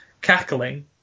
cackling